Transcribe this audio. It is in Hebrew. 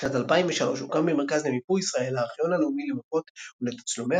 בשנת 2003 הוקם במרכז למיפוי ישראל "הארכיון הלאומי למפות ולתצלומי